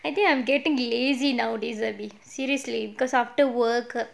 I think I am getting lazy nowadays erby seriously because after work